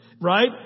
Right